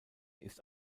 ist